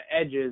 edges